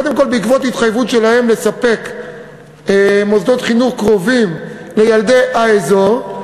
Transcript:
קודם כול בעקבות התחייבות שלהם לספק מוסדות חינוך קרובים לילדי האזור,